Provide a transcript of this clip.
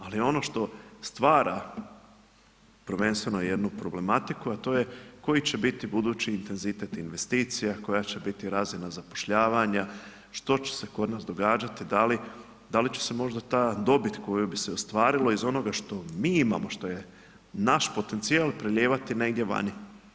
Ali ono što stvara prvenstveno jednu problematiku a to je koji će biti budući intenzitet investicija, koja će biti razina zapošljavanja, što će se kod nas događati, da li će se možda ta dobit koju bi se ostvarilo iz onoga što mi imamo što je naš potencijal prelijevati negdje vani.